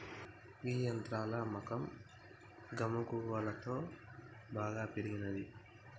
గీ యంత్రాల అమ్మకం గమగువలంతో బాగా పెరిగినంది